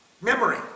memory